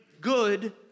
good